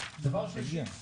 דבר שלישי,